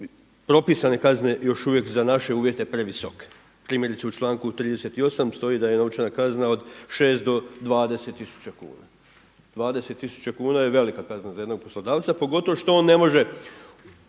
propisane kazne još uvijek za naše uvjete previsoke. Primjerice u članku 38. stoji da je novčana kazna od 6 do 20 tisuća kuna. 20 tisuća kuna je velika kazna za jednog poslodavca pogotovo što on ne može